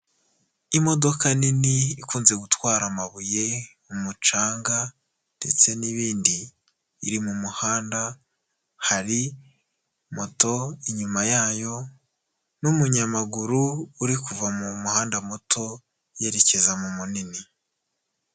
Imodoka nini ikunze gutwara amabuye, umucanga ndetse n'ibindi, iri mu muhanda, hari moto inyuma yayo, n'umunyamaguru, uri kuva mu muhanda muto yerekeza mu munini.